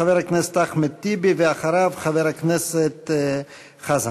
חבר הכנסת אחמד טיבי, ואחריו, חבר הכנסת חזן.